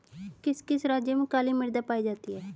किस किस राज्य में काली मृदा पाई जाती है?